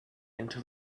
into